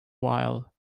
while